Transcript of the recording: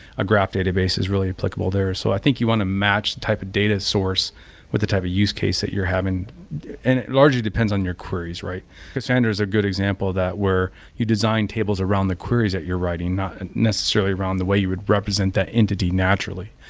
a graph database is really applicable there. so i think you want to match type of data source with the type of use case that you're having and it largely depends on your queries. cassandra is a good example of that, where you design tables around the queries that you're writing. not and necessarily around the way you would represent that entity naturally.